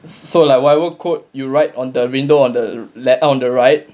so like whatever code you write on the window on the lef~ on the right